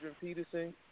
Peterson